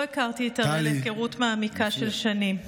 לא הכרתי את הראל היכרות מעמיקה של שנים.